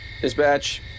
Dispatch